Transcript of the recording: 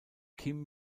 kim